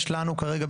יש לנו כרגע,